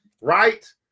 Right